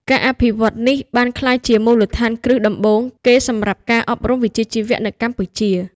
ការអភិវឌ្ឍនេះបានក្លាយជាមូលដ្ឋានគ្រឹះដំបូងគេសម្រាប់ការអប់រំវិជ្ជាជីវៈនៅកម្ពុជា។